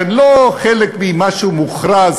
לא חלק ממשהו מוכרז,